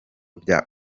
bya